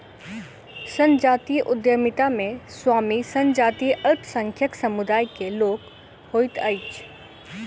संजातीय उद्यमिता मे स्वामी संजातीय अल्पसंख्यक समुदाय के लोक होइत अछि